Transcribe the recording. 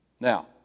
Now